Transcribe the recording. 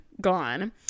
gone